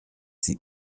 sie